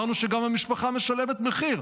אמרנו שגם המשפחה משלמת מחיר.